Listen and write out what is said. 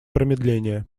промедления